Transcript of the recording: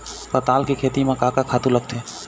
पताल के खेती म का का खातू लागथे?